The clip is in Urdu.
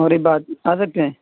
مغرب بعد آ سکتے ہیں